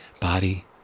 body